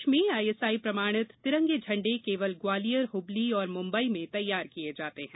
देश में आईएसआई प्रमाणित तिरंगे झंडे केवल ग्वालियर हुबली और मुंबई में तैयार किए जाते हैं